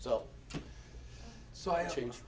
so so i change